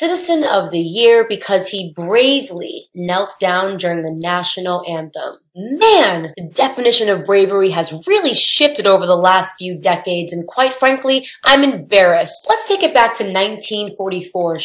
citizen of the year because he gravely knelt down during the national and then the definition of bravery has really shifted over the last few decades and quite frankly i'm embarrassed to get back to nineteen forty four